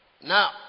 Now